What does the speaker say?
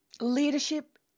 Leadership